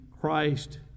Christ